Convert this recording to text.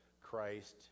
Christ